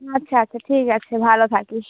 আচ্ছা আচ্ছা ঠিক আছে ভালো থাকিস